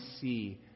see